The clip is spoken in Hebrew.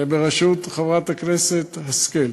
בראשות חברת הכנסת השכל.